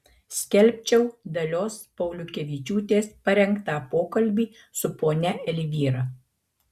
skelbčiau dalios pauliukevičiūtės parengtą pokalbį su ponia elvyra